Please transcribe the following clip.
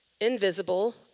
invisible